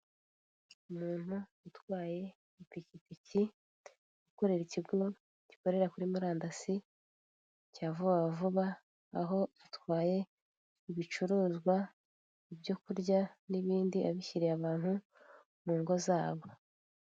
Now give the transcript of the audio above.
Umuntu utwaye ipikipiki ukorera ikigo gikorera kuri murandasi cya vubavuba aho atwaye ibicuruzwa, ibyo kurya n'ibindi abishyiriye abantu mu ngo zabo.